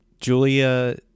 Julia